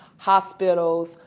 hospitals,